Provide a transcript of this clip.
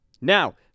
Now